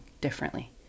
differently